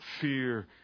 fear